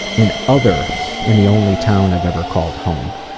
an other in the only town i've ever called home.